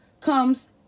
comes